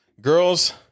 Girls